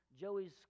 Joey's